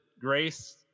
grace